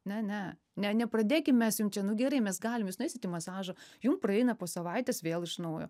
ne ne ne nepradėkim mes jum čia nu gerai mes galim jūs nueisit į masažą jum praeina po savaitės vėl iš naujo